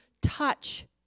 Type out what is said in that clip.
touch